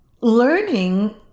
Learning